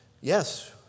Yes